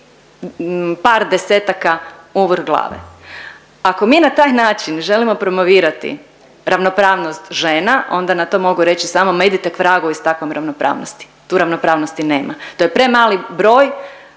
par desetaka uvrh glave. Ako mi na taj način želimo promovirati ravnopravnost žena onda na to mogu reći samo ma idite k vragu i s takvom ravnopravnosti. Tu ravnopravnosti nema, to je premali broj,